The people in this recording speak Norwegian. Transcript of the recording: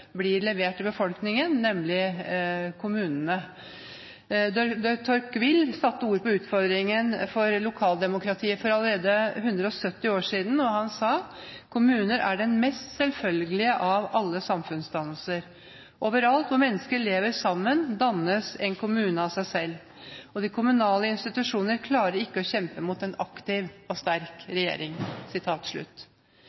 blir levert til befolkningen, nemlig kommunene. De Tocqueville satte ord på utfordringen for lokaldemokratiet allerede for 170 år siden. Han sa: «Kommuner er den mest selvfølgelige av alle samfunnsdannelser. Overalt hvor mennesker lever sammen, dannes en kommune av seg selv.» Og videre: «De kommunale institusjoner klarer ikke alene å kjempe mot en aktiv og sterk